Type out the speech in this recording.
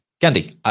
Gandhi